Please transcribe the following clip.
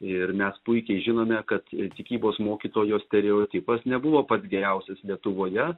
ir mes puikiai žinome kad ir tikybos mokytojo stereotipas nebuvo pats geriausias lietuvoje